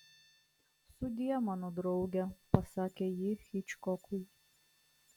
sudie mano drauge pasakė ji hičkokui